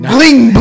Bling